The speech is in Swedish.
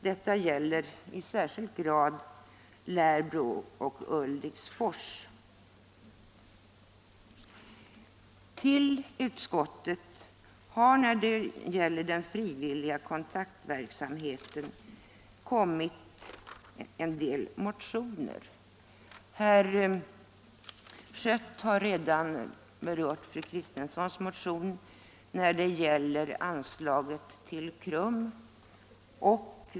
Det sagda gäller naturligtvis i särskilt hög grad beträffande Lärbro och Ulriksfors.” Även när det gäller den frivilliga kontaktverksamheten har det kommit en del motioner till utskottet. Herr Schött har redan berört fru Kristenssons motion beträffande anslagen till KRUM.